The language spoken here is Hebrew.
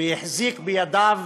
והחזיק בידיו